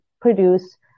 produce